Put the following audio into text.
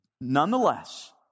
Nonetheless